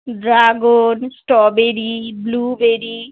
dragon strawberry blueberry